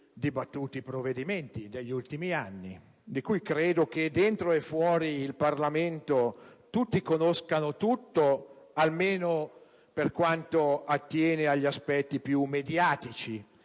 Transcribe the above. dibattuti provvedimenti degli ultimi anni, di cui credo che dentro e fuori il Parlamento tutti conoscano tutto, almeno per quanto attiene agli aspetti più mediatici